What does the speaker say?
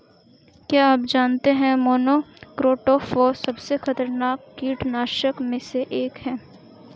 क्या आप जानते है मोनोक्रोटोफॉस सबसे खतरनाक कीटनाशक में से एक है?